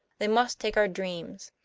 they must take our dreams!